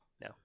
no